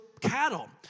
cattle